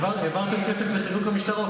העברת כסף לחיזוק המשטרה?